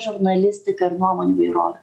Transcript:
žurnalistiką ir nuomonių įvairovę